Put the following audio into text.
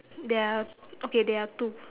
there are okay there are two